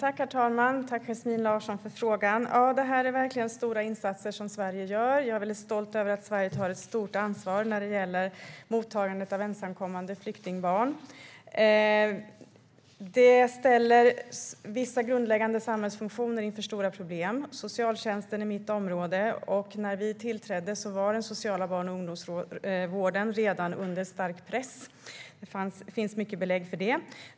Herr talman! Tack, Yasmine Larsson, för frågan! Det är verkligen fråga om stora insatser som Sverige gör. Jag är mycket stolt över att Sverige tar ett stort ansvar för mottagandet av ensamkommande flyktingbarn. Det här ställer vissa grundläggande samhällsfunktioner inför stora problem. Socialtjänsten är mitt område, och när regeringen tillträdde var den sociala barn och ungdomsvården redan under stark press. Det finns mycket belägg för det.